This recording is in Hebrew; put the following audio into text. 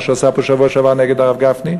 מה שהוא עשה פה בשבוע שעבר נגד הרב גפני.